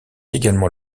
également